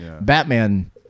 Batman